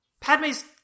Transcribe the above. Padme's